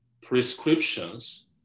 prescriptions